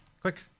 Quick